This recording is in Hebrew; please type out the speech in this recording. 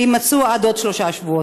יימצאו עד עוד שלושה שבועות.